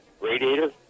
radiator